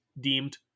deemed